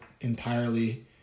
entirely